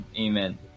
Amen